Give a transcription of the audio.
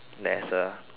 there's a